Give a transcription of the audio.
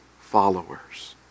followers